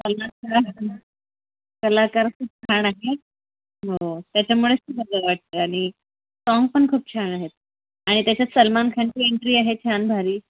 कलाकार कलाकार खूप छान आहे हो हो त्याच्यामुळेच ते बरं वाटतं आणि साँग्ज पण खूप छान आहेत आणि त्याच्यात सलमान खानची एन्ट्री आहे छान भारी